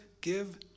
give